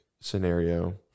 scenario